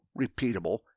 repeatable